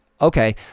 okay